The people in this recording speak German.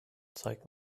zeig